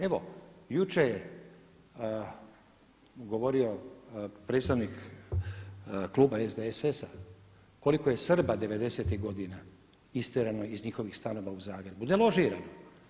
Evo jučer je govorio predstavnik kluba SDSS-a koliko je Srba devedesetih godina istjerano iz njihovih stanova u Zagreb, deložirano.